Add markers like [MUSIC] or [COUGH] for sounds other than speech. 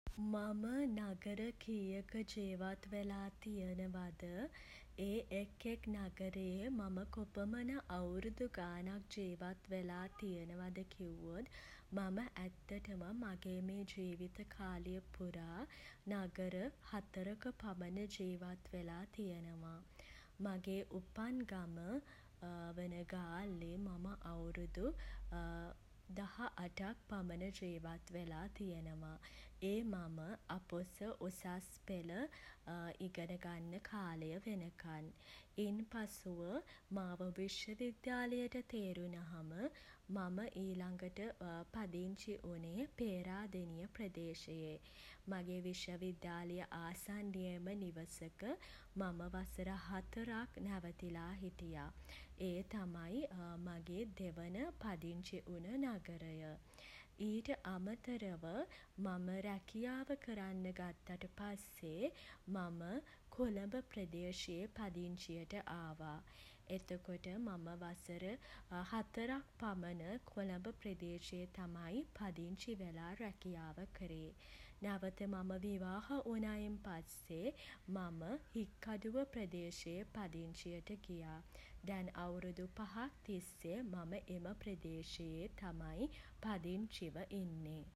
මම [HESITATION] නගර කීයක ජීවත් වෙලා තියෙනවද [HESITATION] ඒ එක් එක් නගරයේ [HESITATION] මම කොපමණ අවුරුදු ගාණක් ජීවත් වෙලා තියෙනවද කිව්වොත් [HESITATION] මම ඇත්තටම [HESITATION] මගේ මේ ජීවිත කාලය පුරා [HESITATION] නගර හතරක පමණ ජීවත් වෙලා තියෙනවා. මගේ උපන් ගම [HESITATION] වන ගාල්ලේ මම අවුරුදු [HESITATION] දහ අටක් පමණ ජීවත් වෙලා තියෙනවා. ඒ මම [HESITATION] අපොස උසස් පෙළ [HESITATION] ඉගෙන ගන්න කාලය වෙනකන්. ඉන් පසුව [HESITATION] මාව විශ්ව විද්‍යාලයට තේරුණාම [HESITATION] මම ඊළඟට පදිංචි වුණේ [HESITATION] පේරාදෙණිය ප්‍රදේශයේ. මගේ විශ්ව විද්‍යාලය ආසන්නයේම නිවසක [HESITATION] මම වසර හතරක් නැවතිලා හිටියා. ඒ තමයි මගේ දෙවන [HESITATION] පදිංචි වුණ නගරය. ඊට අමතරව [HESITATION] මම රැකියාව කරන්න ගත්තට පස්සේ [HESITATION] මම [HESITATION] කොළඹ ප්‍රදේශයේ පදිංචියට ආවා. එතකොට මම වසර [HESITATION] හතරක් පමණ [HESITATION] කොළඹ ප්‍රදේශයේ තමයි පදිංචි වෙලා රැකියාව කරේ. නැවත මම විවාහ වුණායින් පස්සේ [HESITATION] මම [HESITATION] හික්කඩුව ප්‍රදේශයේ පදිංචියට ගියා. දැන් අවරුදු පහක් තිස්සේ [HESITATION] මම එම ප්‍රදේශයේ තමයි [HESITATION] පදිංචිව ඉන්නේ.